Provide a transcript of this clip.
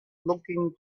looking